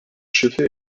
schiffe